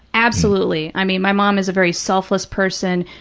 absolutely. i mean, my mom is a very selfless person,